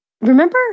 Remember